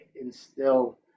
instill